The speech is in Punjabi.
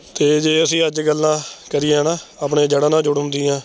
ਅਤੇ ਜੇ ਅਸੀਂ ਅੱਜ ਗੱਲਾਂ ਕਰੀਏ ਨਾ ਆਪਣੇ ਜੜ੍ਹਾਂ ਨਾਲ਼ ਜੁੜਣ ਦੀਆਂ